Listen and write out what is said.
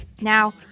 Now